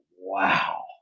wow